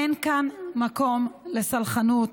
אין כאן מקום לסלחנות: